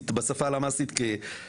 בשפה של הלשכה המרכזית לסטטיסטיקה כמשכילים,